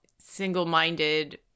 single-minded